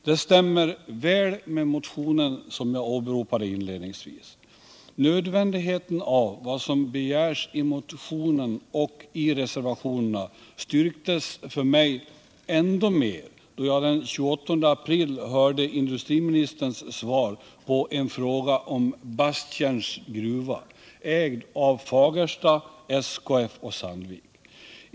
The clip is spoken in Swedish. Det stämmer väl med den motion som jag åberopade inledningsvis. Nödvändigheten av vad som begärs i motionen och i reservationerna styrktes för mig ändå mer då jag den 28 april hörde industriministerns svar på en fråga om Basttjärns gruva, ägd av Fagersta, SKF och Sandvik.